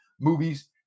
movies